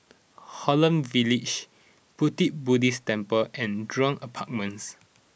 Holland Village Pu Ti Buddhist Temple and Jurong Apartments